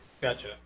Gotcha